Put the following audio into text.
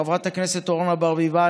חברת הכנסת אורנה ברביבאי,